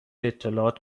اطلاعات